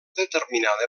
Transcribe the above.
determinada